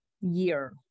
year